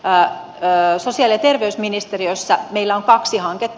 sosiaali ja terveysministeriössä meillä on kaksi hanketta